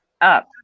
up